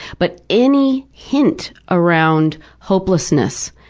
but any hint around hopelessness,